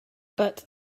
but